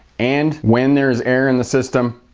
and when there's air in the system,